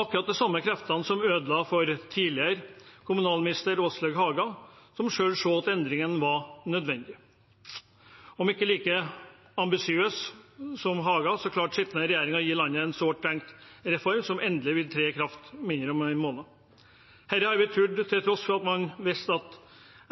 akkurat de samme kreftene som ødela for tidligere kommunalminister Åslaug Haga, som selv så at endringene var nødvendige. Om ikke like ambisiøs som Haga, klarte sittende regjering å gi landet en sårt tiltrengt reform som endelig vil tre i kraft om mindre enn én måned – til tross for at man visste at